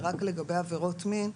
זה רק לגבי עבירות מין,